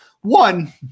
one –